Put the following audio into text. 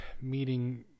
meeting